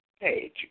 page